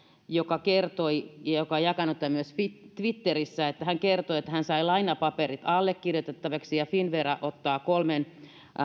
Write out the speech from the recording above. joka kertoi ja joka on jakanut tämän myös twitterissä että hän sai lainapaperit allekirjoitettaviksi ja finnvera ottaa kolmen